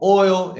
oil